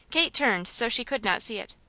kate turned so she could not see it.